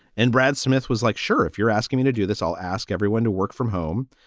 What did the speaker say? and brad smith was like, sure, if you're asking me to do this, i'll ask everyone to work from home.